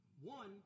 One